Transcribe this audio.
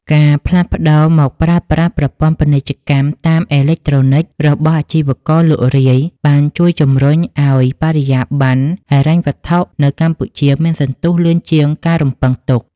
ការផ្លាស់ប្តូរមកប្រើប្រាស់ ប្រព័ន្ធពាណិជ្ជកម្មតាមអេឡិចត្រូនិក របស់អាជីវករលក់រាយ បានជួយជម្រុញឱ្យ បរិយាបន្នហិរញ្ញវត្ថុ នៅកម្ពុជាមានសន្ទុះលឿនជាងការរំពឹងទុក។